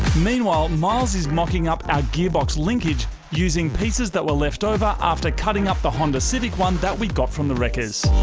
meanwhile myles is mocking up the ah gearbox linkage using pieces that were left over after cutting up the honda civic one that we got from the wreckers